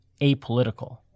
apolitical